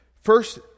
First